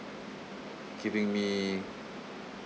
keeping me